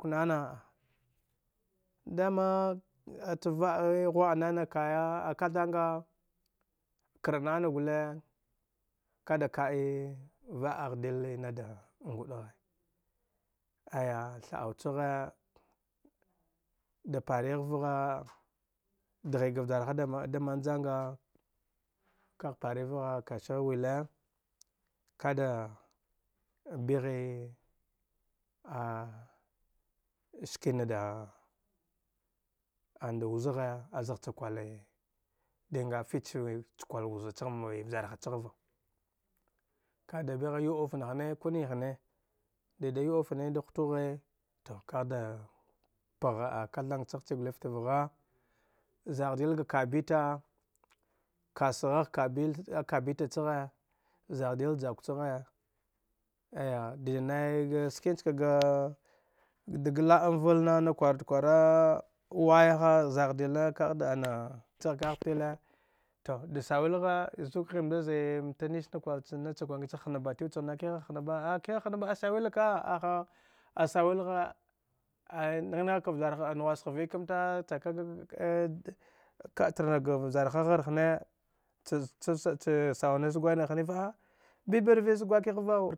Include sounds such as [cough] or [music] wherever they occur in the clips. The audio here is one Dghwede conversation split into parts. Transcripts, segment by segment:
Konana dama a cha va’a ghwa’a nana kaya a kathanga kar ana gule kada ka’e va’agh dili nada nguɗagh, aya tha aucha ghe da parigh vgha vghi ga vjarha da da man janga kagh pariph vgha ka sigh wile kada bighe [hesitation] skina da wuzaghe a zagh cha kwali [unintelligible] cha kwai wuza chagt me vjar ha chagh va ka’ada bigh ku yu ufan tine ku nik ne dida yu ufane da hutu ghe tu kagh da pagha a kathan chagh chifta vagha zadil ga kabita kas ghagh a kabita chaghe zagh dil jakwa chaghe aya dida nai ga ski chage zagh dil jakwa chaghe aya dida nai ga ski chakaga ga dag la’am val na na kwarud kwara waya ha zagh dil ne kagh da ana tu da sawilahe zughimnda zimta nis na kwai cha nacha kwangi cha hna mbatiw channa kiha hna ba a akiha hna ba as a wila ka aha asawilghr ay agha naghak, [unintelligible] a nughwasha vaɗikamta [hesitation] ka’a tar naf ga vjarha ghar tine [unintelligible] a bibar zgwa kigtivau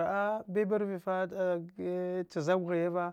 a biba rvifa cha zag ghwi ya va